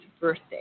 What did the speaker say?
birthday